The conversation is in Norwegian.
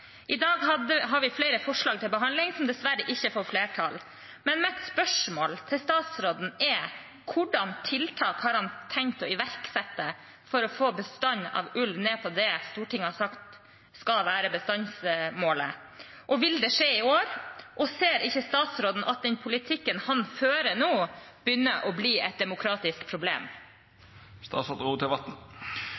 I dag har vi flere forslag til behandling som dessverre ikke får flertall. Men mitt spørsmål til statsråden er: Hvilke tiltak har han tenkt å iverksette for å få bestanden av ulv ned på det Stortinget har sagt skal være bestandsmålet? Vil det skje i år? Og ser ikke statsråden at den politikken han fører nå, begynner å bli et demokratisk problem?